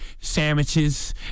sandwiches